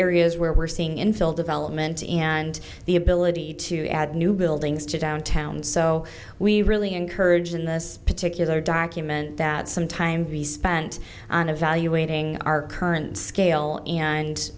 areas where we're seeing infill development and the ability to add new buildings to downtown so we really encourage in this particular document that some time spent on evaluating our current scale and